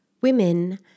Women